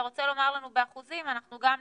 אתה רוצה לומר לנו באחוזים אנחנו גם נשמח.